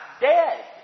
dead